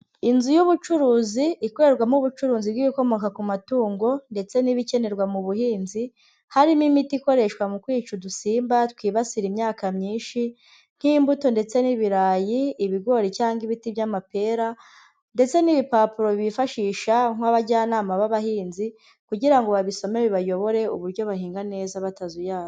Inzu y'ubucuruzi ikorerwamo ubucuruzi bw'ibikomoka ku matungo, ndetse n'ibikenerwa mu buhinzi. Harimo imiti ikoreshwa mu kwica udusimba twibasira imyaka myinshi, nk'imbuto ndetse n'ibirayi, ibigori cyangwa ibiti by'amapera. Ndetse n'ibipapuro bifashisha nk'abajyanama b'abahinzi, kugira ngo babisome bibayobore uburyo bahinga neza batazuya...